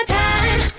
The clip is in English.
time